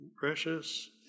Precious